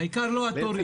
העיקר לא התורים?